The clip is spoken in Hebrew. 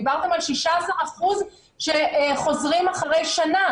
דיברתם על 16% שחוזרים אחרי שנה,